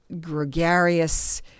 gregarious